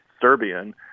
Serbian